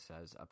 says